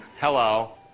hello